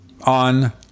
on